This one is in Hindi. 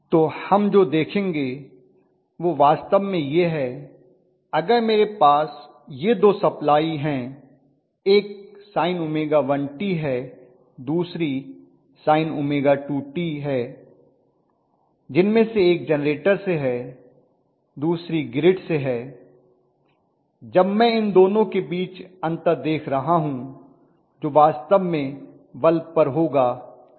तो हम जो देखेंगे वह वास्तव में यह है अगर मेरे पास यह दो सप्लाई हैं एक sin𝜔1t है दूसरी sin𝜔2t है जिनमे से एक जेनरेटर से है दूसरी ग्रिड से है जब मैं इन दोनों के बीच अंतर देख रहा हूं जो वास्तव में बल्ब पर होगा